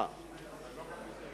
הם לא קפיטליסטים.